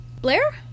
Blair